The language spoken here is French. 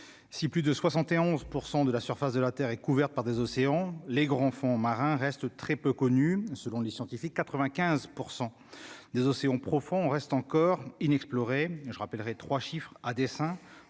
si plus de 60 et 11 % de la surface de la Terre est couverte par des océans, les grands fonds marins reste très peu connue, selon les scientifiques, 95 % des océans profonds reste encore inexplorés je rappellerai 3 chiffrent à dessein